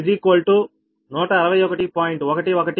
11 C2 Pg2 105